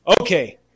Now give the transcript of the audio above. Okay